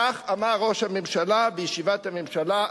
כך אמר ראש הממשלה בישיבת הממשלה.